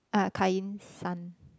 uh Kai-Yin son